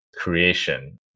creation